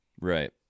Right